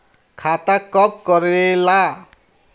खाता कब करेला?